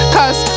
Cause